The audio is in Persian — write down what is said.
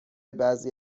بعضی